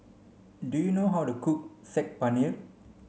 do you know how to cook Saag Paneer